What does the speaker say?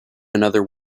another